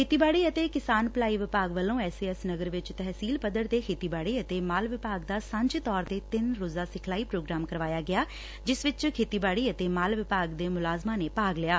ਖੇਤੀਬਾੜੀ ਅਤੇ ਕਿਸਾਨ ਭਲਾਈ ਵਿਭਾਗ ਵੱਲੋਂ ਐਸਏਐਸ ਨਗਰ ਵਿੱਚ ਤਹਿਸੀਲ ਪੱਧਰ ਤੇ ਖੇਤੀਬਾੜੀ ਅਤੇ ਮਾਲ ਵਿਭਾਗ ਦਾ ਸਾਂਝੇ ਤੌਰ ਤੇ ਤਿੰਨ ਰੋਜ਼ਾ ਸਿਖਲਾਈ ਪ੍ਰੋਗਰਾਮ ਕਰਵਾਇਆ ਗਿਆ ਜਿਸ ਵਿੱਚ ਖੇਤੀਬਾੜੀ ਅਤੇ ਮਾਲ ਵਿਭਾਗ ਦੇ ਮੁਲਾਜ਼ਮਾਂ ਨੇ ਭਾਗ ਲਿਆ